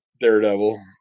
Daredevil